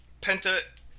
Penta